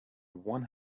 one